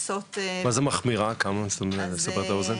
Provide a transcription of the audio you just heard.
מה ההגדרה של ענישה מחמירה כדי לסבר את האוזן?